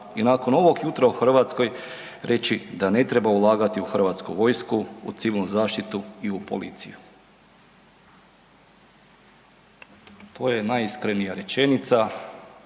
i nakon ovog jutra u Hrvatskoj reći da ne treba ulagati u Hrvatsku vojsku, u civilnu zaštitu i u policiju“. To je najiskrenija rečenica,